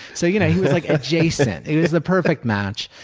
so you know he was like adjacent he was the perfect match.